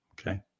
Okay